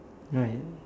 right